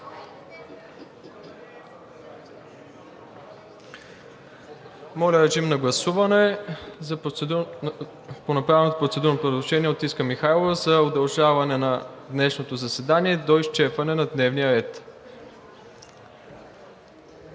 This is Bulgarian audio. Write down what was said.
Моля, режим на гласуване по направеното процедурно предложение от Искра Михайлова за удължаване на днешното заседание до изчерпване на дневния ред.